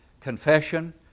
confession